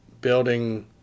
building